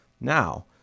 Now